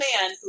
man